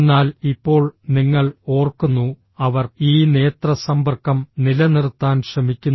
എന്നാൽ ഇപ്പോൾ നിങ്ങൾ ഓർക്കുന്നു അവർ ഈ നേത്ര സമ്പർക്കം നിലനിർത്താൻ ശ്രമിക്കുന്നു